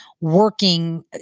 working